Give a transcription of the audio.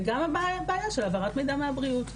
וגם הבעיה של העברת מידע של הבריאות,